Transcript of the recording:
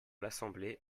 l’assemblée